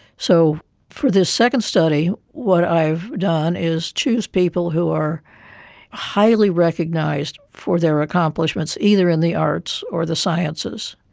so for this second study what i've done is choose people who are highly recognised for their accomplishments, either in the arts or the sciences.